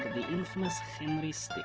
the infamous henry so